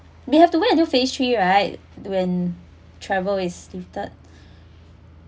we have to wait until phase three right when travel is lifted